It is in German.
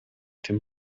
dem